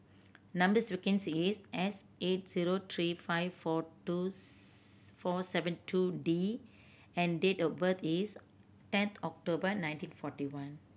number sequence is S eight zero three five four two four seven two D and date of birth is ten October nineteen forty one